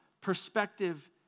perspective